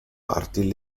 parti